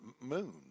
moon